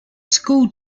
school